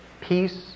Peace